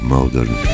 Modern